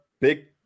big